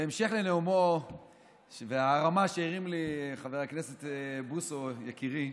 בהמשך לנאומו וההרמה שהרים לי חבר הכנסת בוסו יקירי,